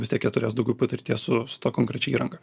vis tiek jie turės daugiau patirties su su ta konkrečia įranga